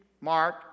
Mark